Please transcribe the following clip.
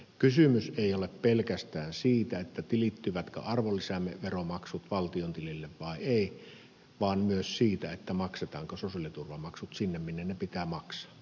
kysymys ei ole pelkästään siitä tilittyvätkö arvonlisäveromaksut valtion tilille vai eivät vaan myös siitä maksetaanko sosiaaliturvamaksut sinne minne ne pitää maksaa